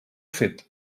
fet